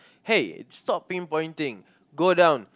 hey stop pinpointing go down